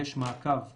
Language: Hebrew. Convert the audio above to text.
יש מעקב קבוע,